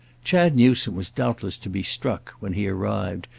chad newsome was doubtless to be struck, when he arrived,